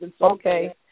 Okay